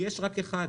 כי יש רק אחד.